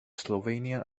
slovenian